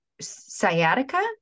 sciatica